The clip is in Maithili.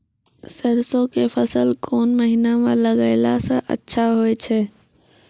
सरसों के फसल कोन महिना म लगैला सऽ अच्छा होय छै?